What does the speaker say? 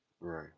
Right